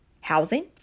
housing